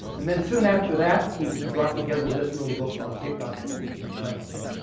and then soon after that, he brought together this little book on hickok and and calamity jane.